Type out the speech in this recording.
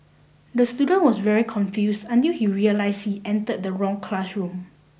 the student was very confused until he realised he entered the wrong classroom